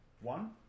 one